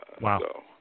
Wow